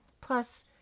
Plus